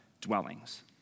dwellings